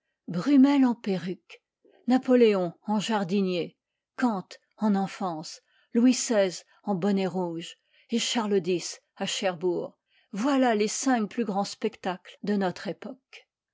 brummel en perruque napoléon en jardinier kant en enfance louis xvi en bonnet rouge et charles x à cherbourg voilà les cinq plus grands spectacles de notre époque